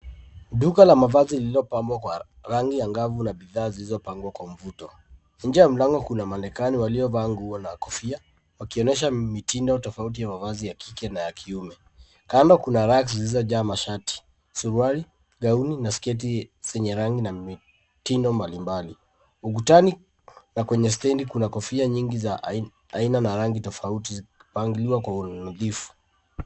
Duka la mavazi lililopambwa kwa rangi angavu na bidhaa zilizopangwa kwa mvuto, Nje ya mlango kuna mannequins waliovaa nguo na kofia, wakionyesha mitindo tofauti ya mavazi ya kike na ya kiume. Kando kuna racks zilizojaa mashati, suruali, gauni na sketi zenye rangi na mitindo mbalimbali. Ukutani na kwenye stendi kuna kofia nyingi za aina na rangi tofauti zikipangiliwa kwa unadhifu.